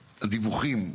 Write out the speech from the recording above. דיווחים.